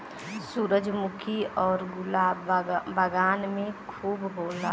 सूरजमुखी आउर गुलाब बगान में खूब होला